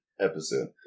episode